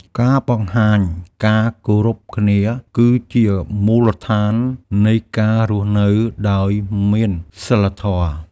ការបង្ហាញការគោរពគ្នាគឺជាមូលដ្ឋាននៃការរស់នៅដោយមានសីលធម៌។